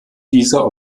dieser